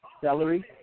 celery